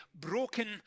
broken